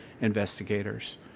investigators